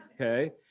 okay